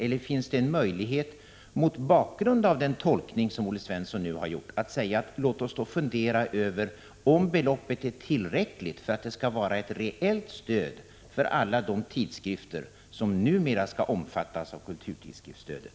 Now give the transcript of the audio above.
Eller finns det en möjlighet, mot bakgrund av den tolkning som Olle Svensson nu har gjort, att man vill fundera över om beloppet är tillräckligt som ett rejält stöd för alla de tidskrifter som hädanefter skall omfattas av kulturtidskriftsstödet?